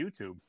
YouTube